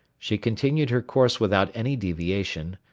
she continued her course without any deviation,